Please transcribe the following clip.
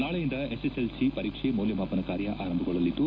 ನಾಳೆಯಿಂದ S S L C ಪರೀಕ್ಷೆ ಮೌಲ್ಯ ಮಾಪನ ಕಾರ್ಯ ಆರಂಭಗೊಳ್ಳಲಿದ್ದು